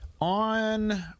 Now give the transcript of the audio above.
on